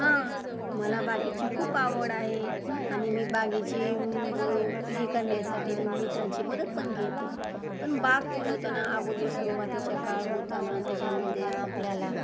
हां मला बागेची खूप आवड आहे आणि मी बागेची हे करण्यासाठी मी मित्रांची मदत पण घेते पण बाग फुलवताना अगोदर सुरुवातीच्या काळ होता ना त्याच्यामध्ये आपल्याला